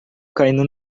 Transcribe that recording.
caindo